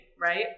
right